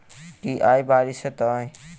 की आय बारिश हेतै?